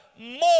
more